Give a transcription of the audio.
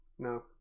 No